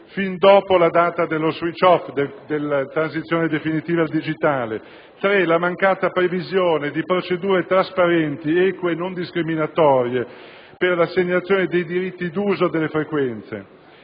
fino a dopo la data dello *switch off*, cioè della transizione definitiva al digitale; la mancata previsione di procedure trasparenti, eque e non discriminatorie per l'assegnazione dei diritti d'uso delle frequenze;